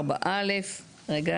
רגע,